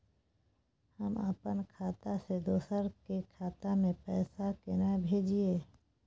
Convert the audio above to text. हम अपन खाता से दोसर के खाता में पैसा केना भेजिए?